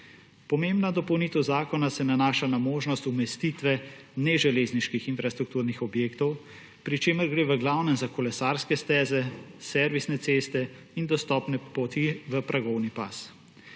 Pomembna dopolnitev zakona se nanaša na možnost umestitve neželezniških infrastrukturnih objektov, pri čemer gre v glavnem za kolesarske steze, servisne ceste in dostopne poti v progovni pas.